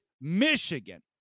Michigan